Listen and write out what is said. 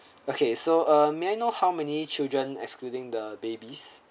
okay so uh may I know how many children excluding the babies